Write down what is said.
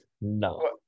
no